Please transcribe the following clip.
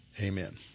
Amen